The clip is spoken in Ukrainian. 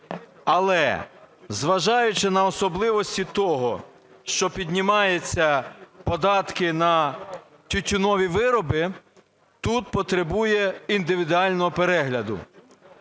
Але, зважаючи на особливості того, що піднімаються податки на тютюнові вироби, тут потребує індивідуального перегляду.